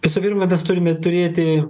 visų pirma mes turime turėti